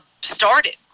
started